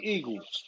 Eagles